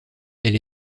elle